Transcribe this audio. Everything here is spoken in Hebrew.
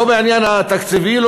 לא בעניין התקציבי,